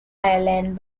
island